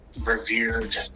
revered